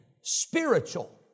spiritual